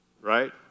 right